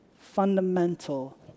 fundamental